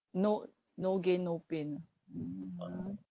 no no gain no pain lor